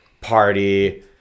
party